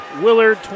Willard